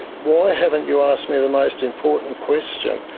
why haven't you asked me the most important question?